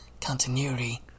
continuity